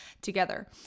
together